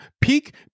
Peak